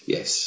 Yes